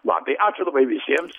va tai ačiū labai visiems